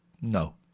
No